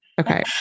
Okay